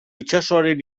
itsasoaren